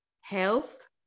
health